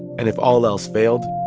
and if all else failed,